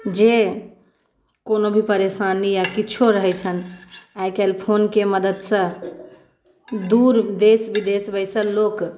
जे कोनो भी परेशानी या किछो रहैत छैन्ह आइ काल्हि फोनके मददसँ दूर देश विदेश बैसल लोक